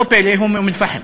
לא פלא, הוא מאום-אלפחם.